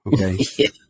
Okay